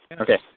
Okay